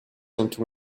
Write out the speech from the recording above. into